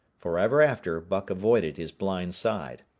forever after buck avoided his blind side,